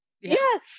Yes